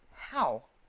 how?